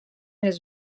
els